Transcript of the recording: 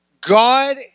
God